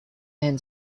ahn